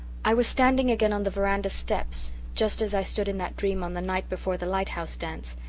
i was standing again on the veranda steps just as i stood in that dream on the night before the lighthouse dance,